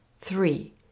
Three